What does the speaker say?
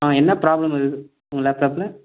ஆ என்ன ப்ராப்ளம் அது உங்கள் லேப்டாப்பில்